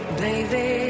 baby